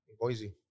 Boise